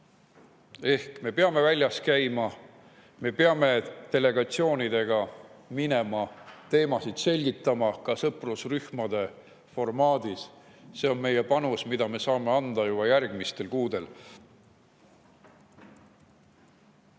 Ehk me peame väljas käima, me peame delegatsioonidega minema teemasid selgitama, ka sõprusrühmade formaadis. See on meie panus, mida me saame anda juba järgmistel kuudel.